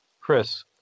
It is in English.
Chris